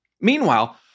Meanwhile